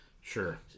Sure